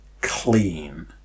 clean